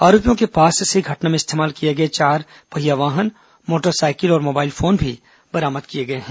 आरोपियों के पास से घटना में इस्तेमाल किए गए चार पहिया वाहन मोटर सायकल और मोबाइल फोन भी बरामद किए गए हैं